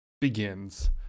begins